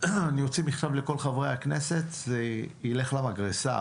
אני אוציא מכתב לכל חברי הכנסת, זה ילך למגרסה.